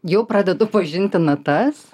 jau pradedu pažinti natas